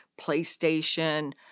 PlayStation